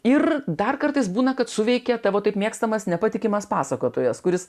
ir dar kartais būna kad suveikė tavo taip mėgstamas nepatikimas pasakotojas kuris